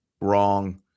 wrong